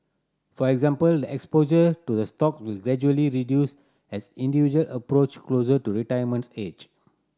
for example the exposure to the stock will gradually reduce as individual approach closer to retirement age